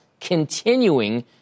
continuing